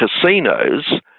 casinos